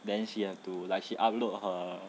that she has to like she upload her